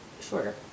shorter